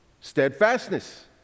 Steadfastness